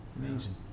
Amazing